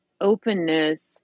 openness